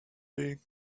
being